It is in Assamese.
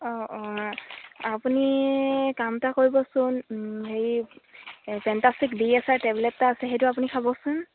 অঁ অঁ আপুনি কাম এটা কৰিবচোন হেৰি চেণ্টাষ্টিক ডি এছ আৰ টেবলেট এটা আছে সেইটো আপুনি খাবচোন